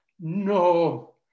No